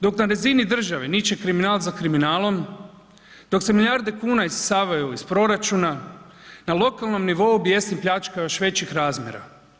Dok na razini države niče kriminal za kriminalom, dok se milijarde kuna isisavaju iz proračuna na lokalnom nivou bjesni pljačka još većih razmjera.